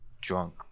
drunk